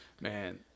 man –